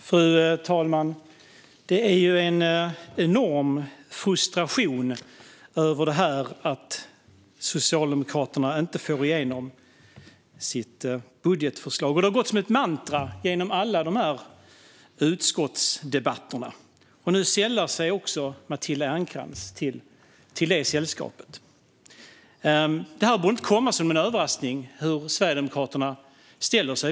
Fru talman! Det är en enorm frustration över att Socialdemokraterna inte får igenom sitt budgetförslag. Det har gått som ett mantra genom alla dessa utskottsdebatter. Nu sällar sig också Matilda Ernkrans till det sällskapet. Det borde inte komma som en överraskning hur Sverigedemokraterna ställer sig.